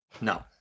No